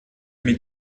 mit